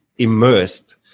immersed